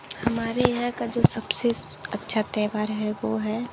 हमारे यहाँ का जो सब से अच्छा त्यौहार है वो है